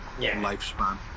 lifespan